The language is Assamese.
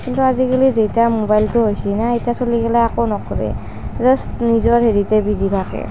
কিন্তু আজিকালি যেতিয়া মোবাইলটো হৈছি না এতিয়া চলিগেলা একো নকৰে জাষ্ট নিজৰ হেৰিতে বিজি থাকে